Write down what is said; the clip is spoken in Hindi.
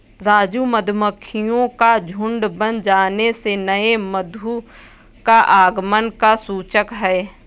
राजू मधुमक्खियों का झुंड बन जाने से नए मधु का आगमन का सूचक है